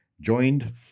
Joined